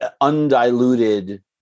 undiluted